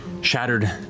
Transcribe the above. shattered